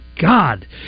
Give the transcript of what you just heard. God